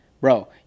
bro